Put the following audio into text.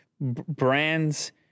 brands